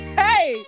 hey